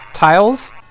Tiles